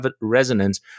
resonance